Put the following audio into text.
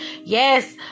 Yes